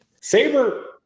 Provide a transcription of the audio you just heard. Saber